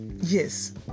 Yes